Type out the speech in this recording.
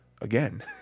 again